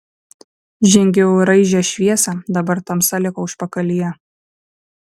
žengiau į raižią šviesą dabar tamsa liko užpakalyje